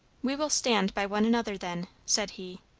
we will stand by one another, then, said he,